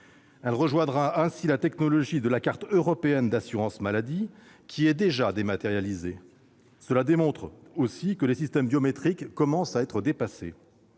carte rejoindra ainsi la technologie de la carte européenne d'assurance maladie, déjà dématérialisée. Preuve que les systèmes biométriques commencent à être dépassés.